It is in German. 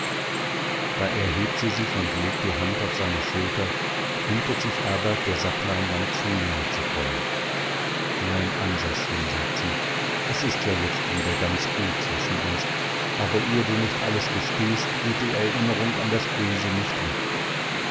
da erhebt sie sich und legt die hand auf seine schulter hütet sich aber der sackleinwand zu nahe zu kommen mein ansaschen sagt sie es ist ja jetzt wieder ganz gut zwischen uns aber ehe du nicht alles gestehst geht die erinnerung an das böse nicht weg